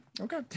Okay